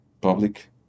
public